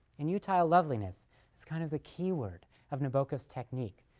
inutile loveliness is kind of the key word of nabokov's technique,